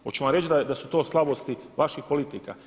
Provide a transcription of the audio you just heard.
Hoću vam reći da su to slabosti vaših politika.